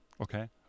Okay